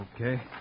Okay